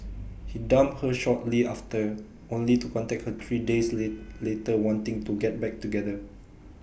he dumped her shortly after only to contact her three days lay later wanting to get back together